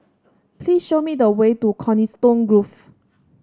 please show me the way to Coniston Grove